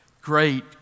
Great